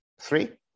Three